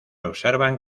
observan